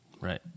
Right